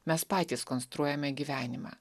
mes patys konstruojame gyvenimą